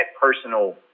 personal